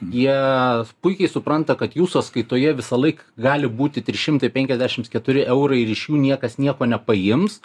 jie puikiai supranta kad jų sąskaitoje visąlaik gali būti trys šimtai penkiasdešims keturi eurai ir iš jų niekas nieko nepaims